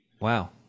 Wow